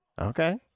Okay